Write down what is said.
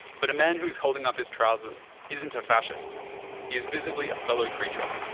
but a man who is holding up his trousers isn't a fascist, he is visibly a fellow creature,